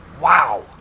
Wow